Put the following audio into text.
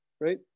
right